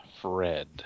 Fred